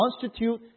constitute